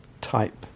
type